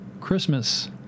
Christmas